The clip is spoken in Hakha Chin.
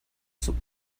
suk